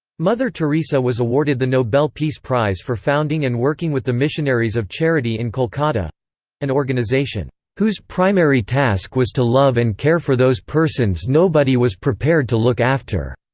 mother teresa was awarded the nobel peace prize for founding and working with the missionaries of charity in kolkata an organisation whose primary task was to love and care for those persons nobody was prepared to look after.